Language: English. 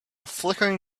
flickering